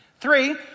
Three